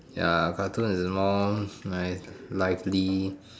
ya cartoons is more like lively